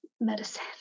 medicine